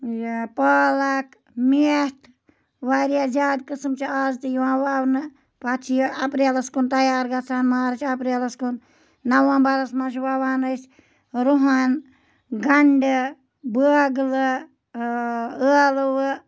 یا پالک میٚتھ واریاہ زیادٕ قٕسٕم چھِ اَز تہِ یِوان وَونہٕ پَتہٕ چھِ یہِ اَپریلَس کُن تیار گژھان مارٕچ اَپریلَس کُن نَومبرس منٛز چھُ وَوان أسۍ رۄہَن گَنٛڈٕ بٲگلہٕ ٲلوٕ